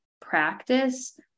practice